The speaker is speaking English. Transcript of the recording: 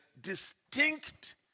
distinct